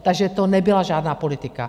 Takže to nebyla žádná politika.